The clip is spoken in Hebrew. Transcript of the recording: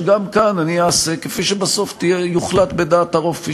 אני מרגיש שיש לי חובה לומר דברים גם אם לא יסכימו אתי,